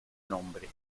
nombre